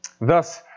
Thus